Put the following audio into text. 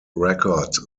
record